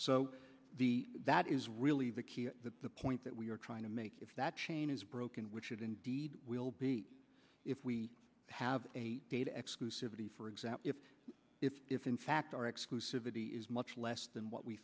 so the that is really the key the point that we are trying to make if that chain is broken which it indeed will be if we have a data exclusivity for example if if if in fact our exclusivity is much less than what we